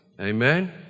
Amen